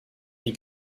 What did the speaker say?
die